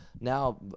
Now